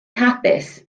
hapus